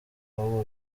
abo